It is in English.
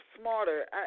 Smarter